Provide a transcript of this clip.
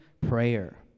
Prayer